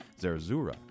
Zerzura